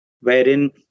wherein